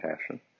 passion